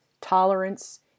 Tolerance